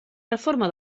reforma